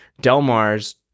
Delmar's